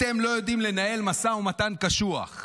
אתם לא יודעים לנהל משא ומתן קשוח.